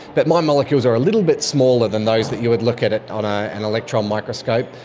but my molecules are little bit smaller than those that you would look at at on ah an electron microscope,